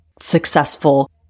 successful